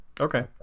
Okay